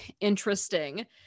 interesting